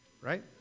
right